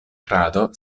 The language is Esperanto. krado